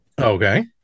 Okay